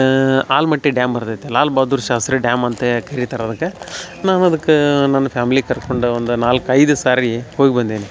Almatti dam ಬರ್ತೈತಲ್ಲ Lal Bahadur Shastri dam ಅಂತ ಕರಿತಾರೆ ಅದಕ್ಕೆ ನಾನು ಅದಕ್ಕೆ ನನ್ನ ಫ್ಯಾಮ್ಲಿ ಕರ್ಕೊಂಡು ಒಂದು ನಾಲ್ಕು ಐದು ಸಾರಿ ಹೋಗ್ಬಂದೇನೆ